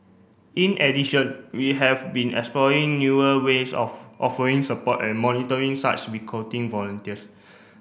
in addition we have been exploring newer ways of offering support and monitoring such recruiting volunteers